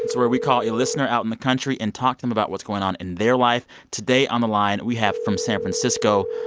where we call a listener out in the country and talk to them about what's going on in their life. today on the line we have, from san francisco,